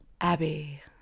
Abby